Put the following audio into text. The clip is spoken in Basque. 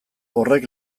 horrek